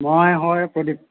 মই হয় প্ৰদীপ